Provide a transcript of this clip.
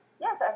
yes